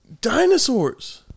Dinosaurs